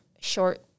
short